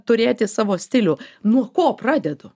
turėti savo stilių nuo ko pradedu